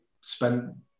spend